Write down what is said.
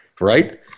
Right